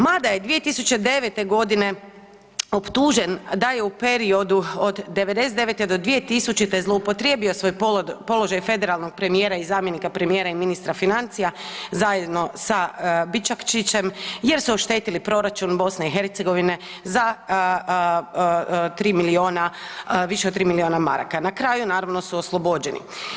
Mada je 2009. godine optužen da je u periodu od '99. do 2000. zloupotrijebio svoj položaj federalnog premijera i zamjenika premijera i ministra financija zajedno sa Bičakčićem jer su oštetili proračun BiH za 3 miliona, više od 3 miliona maraka, na kraju su oslobođeni.